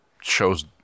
shows